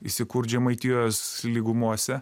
įsikurt žemaitijos lygumose